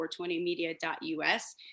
420media.us